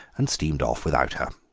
and steamed off without her.